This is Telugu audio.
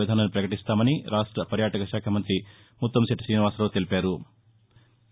విధానాన్ని పకటిస్తామని రాష్ట పర్యాటకశాఖ మంత్రి ముత్తంశెట్టి తీనివాసరావు తెలిపారు